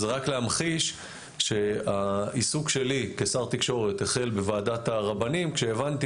זה רק להמחיש שהעיסוק שלי כשר תקשורת החל בוועדת הרבנים כשהבנתי